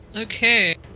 Okay